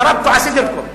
דרבתו ע-סדרכום.